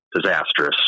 disastrous